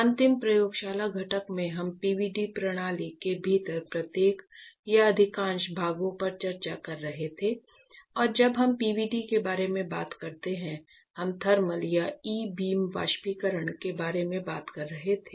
अंतिम प्रयोगशाला घटक में हम PVD प्रणाली के भीतर प्रत्येक या अधिकांश भागों पर चर्चा कर रहे थे और जब हम PVD के बारे में बात करते हैं हम थर्मल और ई बीम वाष्पीकरण के बारे में बात कर रहे थे